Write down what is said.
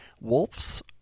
wolves